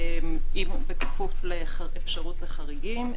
בכפוף לאפשרות לחריגים,